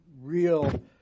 real